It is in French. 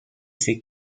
ces